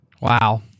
Wow